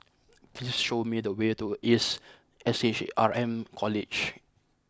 please show me the way to Ace S H R M College